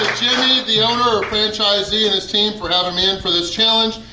jimmy, the owner or franchisee, and his team for having me in for this challenge!